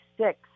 six